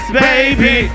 baby